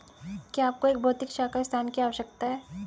क्या आपको एक भौतिक शाखा स्थान की आवश्यकता है?